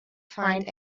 find